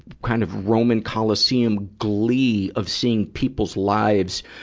kind of roman coliseum glee of seeing people's lives,